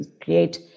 create